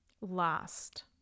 last